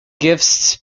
gifts